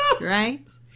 Right